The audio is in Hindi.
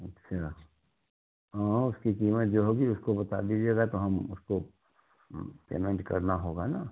अच्छा हाँ हाँ उसकी कीमत जो होगी उसको बता दीजिएगा तो हम उस फ़िर पेमेंट करना होगा ना